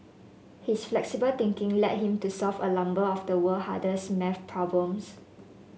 his flexible thinking led him to solve a number of the world hardest maths problems